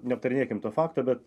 neaptarinėkim to fakto bet